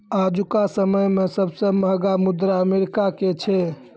आजुका समय मे सबसे महंगा मुद्रा अमेरिका के छै